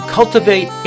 Cultivate